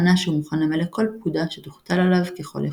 ענה שהוא מוכן למלא כל פקודה שתוטל עליו ככל יכולתו.